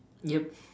yup